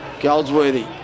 Goldsworthy